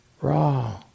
raw